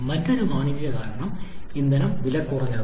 മറ്റൊരു വാണിജ്യ കാരണം ഇന്ധനം വിലകുറഞ്ഞതാണ്